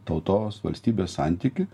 tautos valstybės santykį